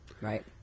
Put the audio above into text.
Right